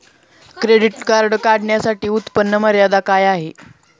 Credit card काढण्यासाठी उत्पन्न मर्यादा काय आहे?